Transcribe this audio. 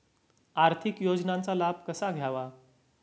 आर्थिक योजनांचा लाभ कसा घ्यावा?